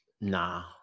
nah